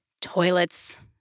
Toilets